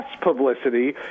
publicity